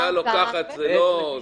החלטה לוקחת זמן.